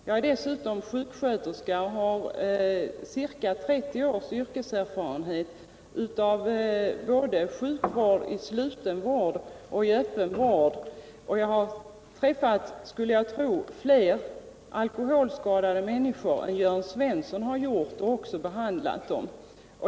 Jag är dessutom sjuksköterska med ca 30 års yrkeserfarenhet av både sluten och öppen sjukvård, och jag skulle tro att jag har träffat fler alkoholskadade människor än Jörn Svensson — och jag har också behandlat dem.